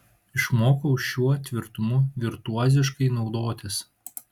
išmokau šiuo tvirtumu virtuoziškai naudotis